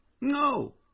No